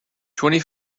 twenty